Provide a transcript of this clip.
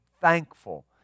thankful